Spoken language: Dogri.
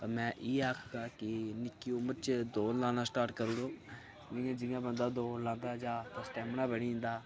ते मैं इ'यै आखगा कि निक्की उमर च दौड़ लाना स्टार्ट करी ओड़ो इयां जियां बंदा दौड़ लांदा जा ओह्दा स्टैमिना बढ़ी जंदा